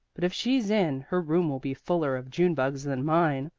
but if she's in, her room will be fuller of june-bugs than mine.